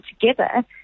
together